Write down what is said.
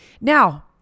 Now